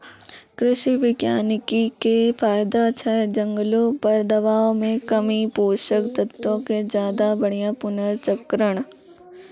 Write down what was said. कृषि वानिकी के फायदा छै जंगलो पर दबाब मे कमी, पोषक तत्वो के ज्यादा बढ़िया पुनर्चक्रण